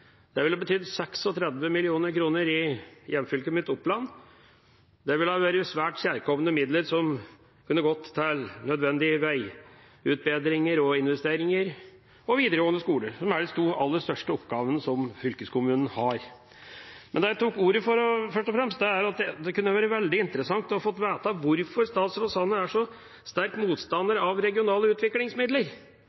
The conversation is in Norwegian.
Det ville betydd 36 mill. kr i hjemfylket mitt, Oppland. Det ville ha vært svært kjærkomne midler, som kunne gått til nødvendige veiutbedringer, investeringer og videregående skoler, som er de aller største oppgavene som fylkeskommunen har. Men det jeg først og fremst tok ordet for, er at det kunne vært veldig interessant å få vite hvorfor statsråd Sanner er så sterkt